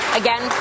again